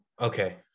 Okay